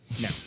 No